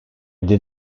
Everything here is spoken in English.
did